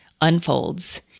unfolds